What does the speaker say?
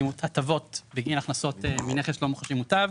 מוטב הטבות בגין הכנסות מנכס לא מוחשי מוטב,